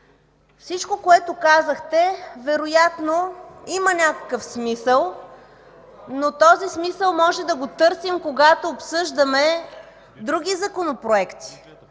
Всичко, което казахте, вероятно има някакъв смисъл, но такъв можем да търсим, когато обсъждаме други законопроекти,